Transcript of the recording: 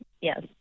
Yes